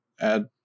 add